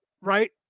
Right